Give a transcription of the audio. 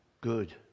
Good